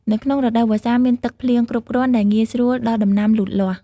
នៅក្នុងរដូវវស្សាមានទឹកភ្លៀងគ្រប់គ្រាន់ដែលងាយស្រួលដល់ដំណាំលូតលាស់។